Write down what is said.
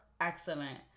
excellent